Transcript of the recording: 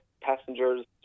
passengers